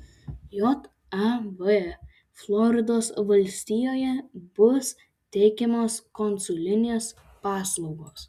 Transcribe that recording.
jav floridos valstijoje bus teikiamos konsulinės paslaugos